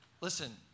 Listen